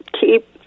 keep